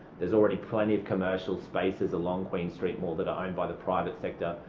there's already plenty of commercial spaces along queen street mall that are owned by the private sector.